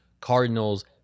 Cardinals